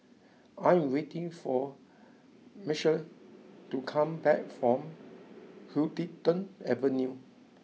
I am waiting for Michale to come back from Huddington Avenue